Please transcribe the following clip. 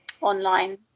online